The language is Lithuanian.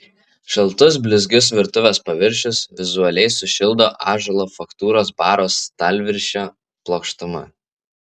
šaltus blizgius virtuvės paviršius vizualiai sušildo ąžuolo faktūros baro stalviršio plokštuma